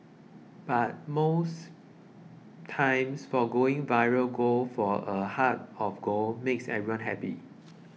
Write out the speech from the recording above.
but most times foregoing viral gold for a heart of gold makes everyone happy